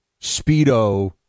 Speedo